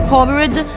Covered